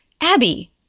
Abby